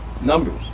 Numbers